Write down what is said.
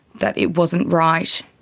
that it wasn't right.